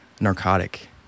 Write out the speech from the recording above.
narcotic